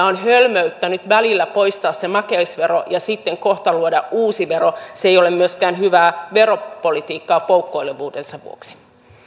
on hölmöyttä nyt välillä poistaa se makeisvero ja sitten kohta luoda uusi vero se ei ole myöskään hyvää veropolitiikkaa poukkoilevuutensa vuoksi